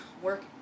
work